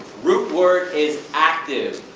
root word is active.